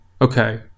Okay